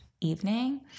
evening